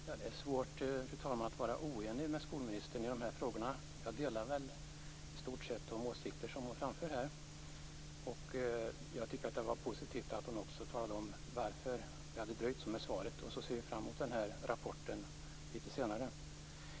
Fru talman! Det är svårt att vara oenig med skolministern i de här frågorna. Jag delar i stort sett de åsikter som hon framför här. Jag tycker att det var positivt att hon talade om varför det hade dröjt så med svaret. Jag ser fram mot rapporten.